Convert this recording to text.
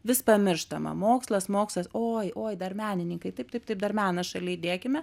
vis pamirštama mokslas mokslas oi oi dar menininkai taip taip taip dar menas šalia įdėkime